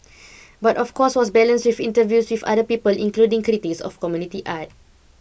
but of course was balanced with interviews with other people including critics of community art